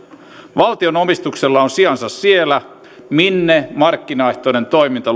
valtion omistuksella on sijansa siellä minne markkinaehtoinen toiminta